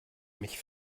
mich